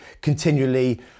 continually